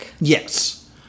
Yes